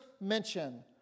mention